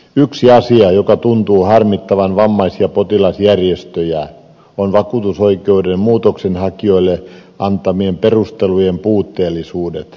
yksi asia joka tuntuu harmittavan vammais ja potilasjärjestöjä on vakuutusoikeuden muutoksenhakijoille antamien perustelujen puutteellisuudet